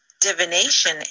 divination